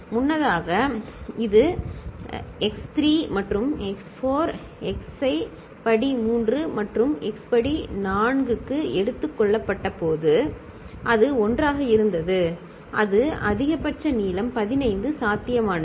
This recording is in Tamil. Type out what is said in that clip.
முன்னதாக இது x 3 மற்றும் x 4 x ஐ படி 3 மற்றும் x படி 4 க்கு எடுத்துக் கொள்ளப்பட்டபோது அது 1 ஆக இருந்தது அது அதிகபட்சமாக நீளம் 15 சாத்தியமானது